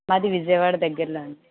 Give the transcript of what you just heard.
మాది విజయవాడ దగ్గరలో అండి